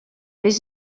vés